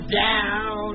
down